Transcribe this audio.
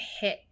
hit